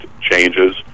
changes